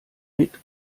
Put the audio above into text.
mit